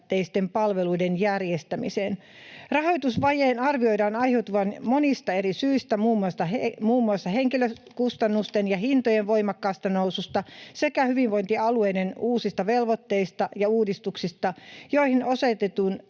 palveluiden järjestämiseen. Rahoitusvajeen arvioidaan aiheutuvan monista eri syistä, muun muassa henkilökustannusten ja hintojen voimakkaasta noususta sekä hyvinvointialueiden uusista velvoitteista ja uudistuksista, joihin osoitetun